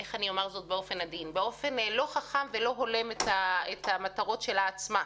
איך אומר זאת באופן עדין באופן לא חכם ולא הולם את המטרות שלה עצמה,